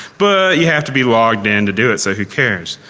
but you have to be logged in to do it. so who cares?